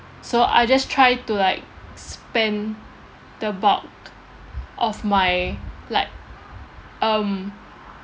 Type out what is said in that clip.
so I just try to like spend the bulk of my like um